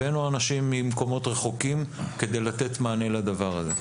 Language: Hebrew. הבאנו אנשים ממקומות רחוקים כדי לתת מענה לדבר הזה.